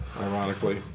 ironically